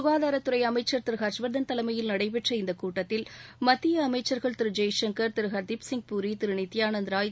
ககாதாரத்துறை அமைச்சர் திரு ஹர்ஷவர்தன் தலைமையில் நடைபெற்ற இந்த கூட்டத்தில் மத்திய அமைச்சர்கள் திரு ஜெய்சங்கள் திரு ஹர்தீப் சிங் பூரி திரு நித்யானந்தா ராய்